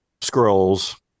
scrolls